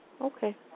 Okay